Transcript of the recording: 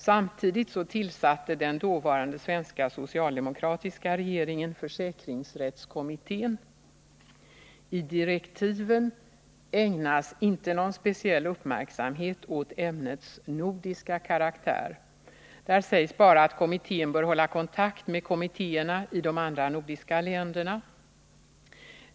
Samtidigt tillsatte den dåvarande svenska socialdemokratiska regeringen försäkringsrättskommittén. I direktiven ägnas inte någon speciell uppmärksamhet åt ämnets nordiska karaktär. Där sägs bara att kommittén bör hålla kontakt med kommittéerna i de andra 39 nordiska länderna.